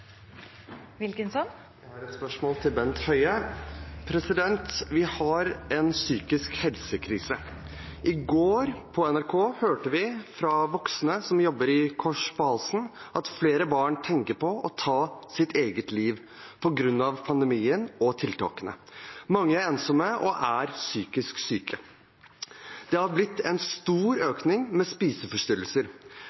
Jeg har et spørsmål til Bent Høie. Vi har en helse-krise i psykiatrien. På NRK i går hørte vi fra voksne som jobber i Kors på halsen, at flere barn tenker på å ta sitt eget liv på grunn av pandemien og tiltakene. Mange er ensomme og psykisk syke. Det er blitt en stor